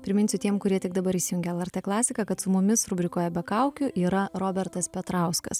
priminsiu tiem kurie tik dabar įsijungė lrt klasiką kad su mumis rubrikoje be kaukių yra robertas petrauskas